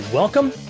Welcome